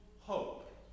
hope